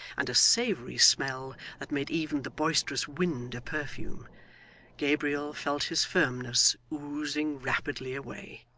and a savoury smell that made even the boisterous wind a perfume gabriel felt his firmness oozing rapidly away.